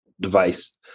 device